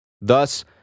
Thus